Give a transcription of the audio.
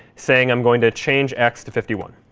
saying i'm going to change x to fifty one.